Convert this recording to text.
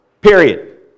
Period